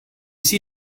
see